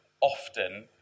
often